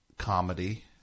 comedy